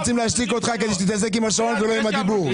הם רוצים להשתיק אותך כדי שתתעסק עם השעון ולא עם הדיבור.